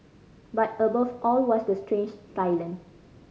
but above all was the strange silence